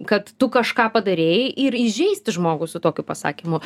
kad tu kažką padarei ir įžeisti žmogų su tokiu pasakymu